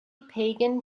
pagan